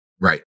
Right